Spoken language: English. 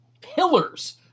pillars